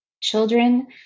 children